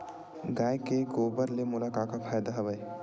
गाय के गोबर ले मोला का का फ़ायदा हवय?